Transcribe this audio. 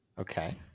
Okay